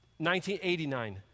1989